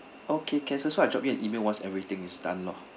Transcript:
okay can sir so I drop you an email once everything is done lor